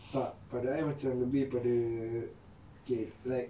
tak pada I macam lebih pada okay like